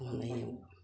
बे